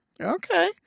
Okay